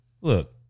look